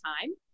time